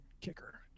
kicker